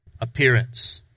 appearance